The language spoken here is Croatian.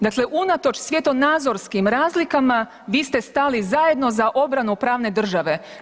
Dakle, unatoč svjetonazorskim razlikama vi ste stali zajedno za obranu pravne države.